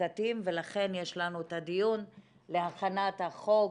חקיקתיים ולכן יש לנו את הדיון להכנת החוק